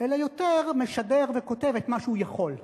אלא יותר משדר וכותב את מה שהוא יכול.